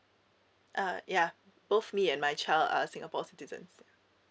uh ya both me and my child are singapore citizens